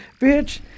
Bitch